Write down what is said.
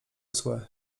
złe